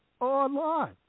online